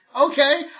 Okay